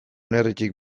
neurritik